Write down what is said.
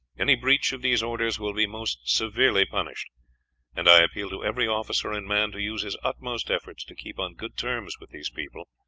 any breach of these orders will be most severely punished and i appeal to every officer and man to use his utmost efforts to keep on good terms with these people,